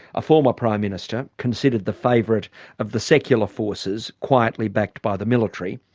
a former prime minister, considered the favourite of the secular forces, quietly backed by the military.